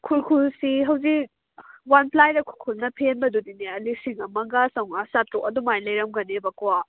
ꯈꯨꯔꯈꯨꯜꯁꯤ ꯍꯧꯖꯤꯛ ꯋꯥꯟꯄ꯭ꯂꯥꯏꯗ ꯈꯨꯔꯈꯨꯜꯅ ꯐꯦꯟꯕꯗꯨꯗꯤꯅꯦ ꯂꯤꯁꯤꯡ ꯑꯃꯒ ꯆꯃꯉꯥ ꯆꯥꯇꯔꯨꯛ ꯑꯗꯨꯃꯥꯏꯅ ꯂꯩꯔꯝꯒꯅꯤꯕ ꯀꯣ